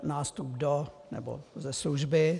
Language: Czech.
Nástup do nebo ze služby.